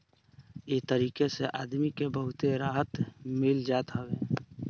इ तरीका से आदमी के बहुते राहत मिल जात हवे